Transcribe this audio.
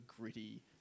gritty